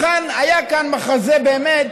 היה כאן מחזה, באמת